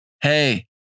Hey